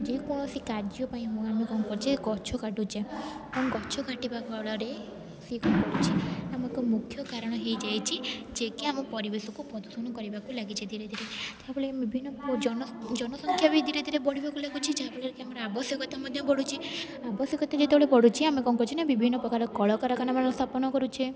ଯେକୌଣସି କାର୍ଯ୍ୟ ପାଇଁ ଆମେ କଣ କରୁଛେ ଗଛ କାଟୁଛେ ଏବଂ ଗଛ କାଟିବା ଫଳରେ ସେ କଣ କରୁଛି ଆମ ଏକ ମୁଖ୍ୟ କାରଣ ହୋଇଯାଇଛି ଯେ କି ଆମ ପରିବେଶକୁ ପ୍ରଦୂଷଣ କରିବାକୁ ଲାଗିଛି ଧୀରେ ଧୀରେ ଯାହାଫଳରେ ବିଭିନ୍ନ ଜନସଂଖ୍ୟା ବି ଧୀରେ ଧୀରେ ବଢ଼ିବାକୁ ଲାଗୁଛି ଯାହାଫଳରେ କି ଆମର ଆବଶ୍ୟକତା ମଧ୍ୟ ବଢ଼ୁଛି ଆବଶ୍ୟକତା ଯେତେବେଳେ ବଢ଼ୁଛି ଆମେ କ'ଣ କରୁଛେ ନା ବିଭିନ୍ନ ପ୍ରକାର କଳକାରଖାନାମାନଙ୍କ ସ୍ଥାପନ କରୁଛେ